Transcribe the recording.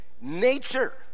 Nature